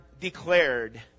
declared